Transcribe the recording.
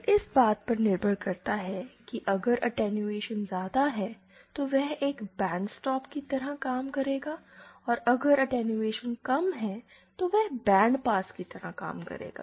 अब इस बात पर निर्भर करता है कि अगर अटैंयुएशन ज्यादा है तो वह एक बैंड स्टॉप की तरह काम करेगा और अगर अटैंयुएशन कम है तो वह बैंड पास की तरह काम करेगा